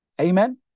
Amen